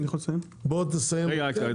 רק רגע,